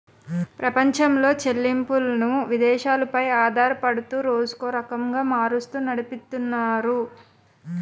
ప్రపంచంలో చెల్లింపులను విదేశాలు పై ఆధారపడుతూ రోజుకో రకంగా మారుస్తూ నడిపితున్నారు